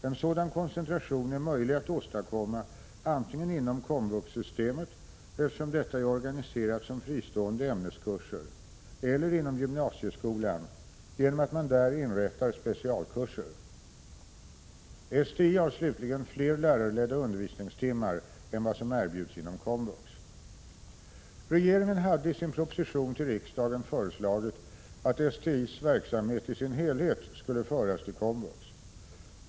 En sådan koncentration är möjlig att åstadkomma antingen inom komvuxsystemet, eftersom detta är organiserat som fristående ämneskurser, eller inom gymnasieskolan, genom att man där inrättar specialkurser. STI har slutligen fler lärarledda undervisningstimmar än vad som erbjuds inom komvux. Regeringen hade i sin proposition till riksdagen föreslagit att STI:s verksamhet i dess helhet skulle föras till komvux.